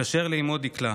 התקשר לאימו דקלה,